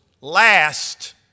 last